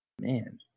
Man